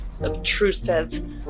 obtrusive